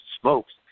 Smokes